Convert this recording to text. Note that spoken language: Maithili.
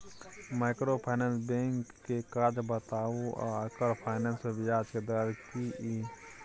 माइक्रोफाइनेंस बैंक के काज बताबू आ एकर फाइनेंस पर ब्याज के दर की इ?